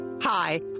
Hi